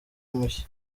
mushya